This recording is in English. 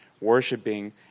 worshiping